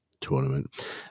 tournament